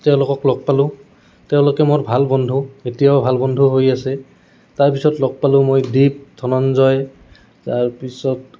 তেওঁলোকক লগ পালোঁ তেওঁলোকে মোৰ ভাল বন্ধু এতিয়াও ভাল বন্ধু হৈ আছে তাৰপিছত লগ পালোঁ মই দীপ ধনঞ্জয় তাৰপিছত